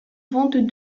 vente